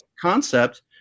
concept